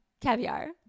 Caviar